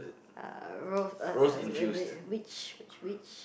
uh rose uh uh eh which which which